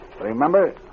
Remember